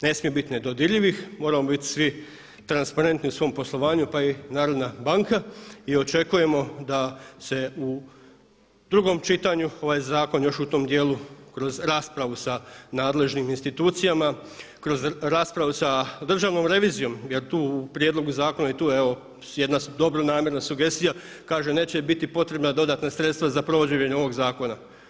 Ne smije biti nedodirljivih moramo biti svi transparentni u svom poslovanju pa i Narodna banka i očekujemo da se udrugom čitanju ovaj zakon još u tom dijelu kroz raspravu sa nadležnim institucijama, kroz raspravu sa Državnom revizijom jer tu u prijedlogu zakona i tu evo jedna dobronamjerna sugestija, kaže neće biti potrebna dodatna sredstva za provođenje ovog zakona.